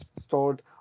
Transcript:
stored